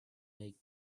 make